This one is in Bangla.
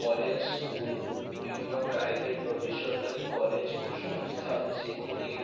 কলেজ স্কুল বিভিন্ন প্রাইভেট বা বেসরকারি কলেজ ও সংস্থা যেগুলি